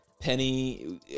Penny